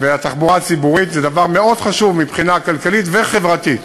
התחבורה הציבורית היא דבר מאוד חשוב מבחינה כלכלית וחברתית.